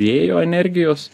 vėjo energijos